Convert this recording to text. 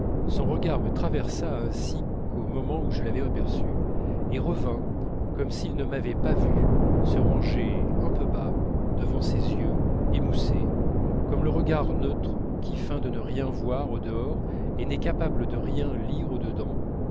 son regard me traversa ainsi qu'au moment où je l'avais aperçu et revint comme s'il ne m'avait pas vu se ranger un peu bas devant ses yeux émoussé comme le regard neutre qui feint de ne rien voir au dehors et n'est capable de rien dire au dedans